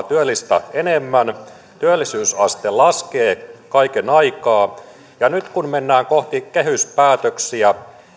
työllistä enemmän työllisyysaste nousee kaiken aikaa ja nyt kun mennään kohti kehyspäätöksiä